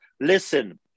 Listen